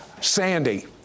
Sandy